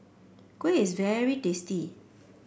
kuih is very tasty